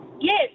Yes